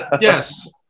Yes